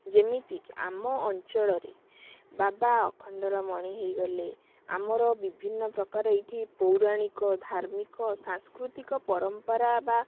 ଯେମିତିକି ଆମ ଅଞ୍ଚଳରେ ବାବା ଅଖଣ୍ଡଳମଣି ହେଇଗଲେ ଆମର ବିଭିନ୍ନ ପ୍ରକାର ଏଇଠି ପୌରାଣିକ ଧାର୍ମିକ ସାଂସ୍କୃତିକ ପରମ୍ପରା ବା